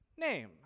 name